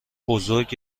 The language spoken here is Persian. بزرگ